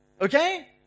Okay